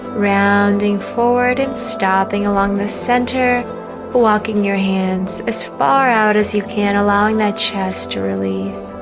rounding forward and stopping along the center walking your hands as far out as you can allowing that chest to release